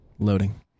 Loading